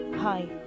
Hi